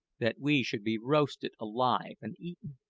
that we should be roasted alive and eaten.